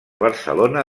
barcelona